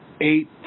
eight